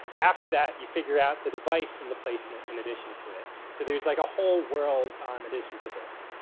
after that you figure out the device and the placement in addition to it. so, there's like a whole world in um addition to this.